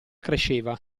cresceva